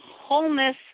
wholeness